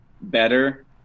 better